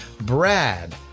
Brad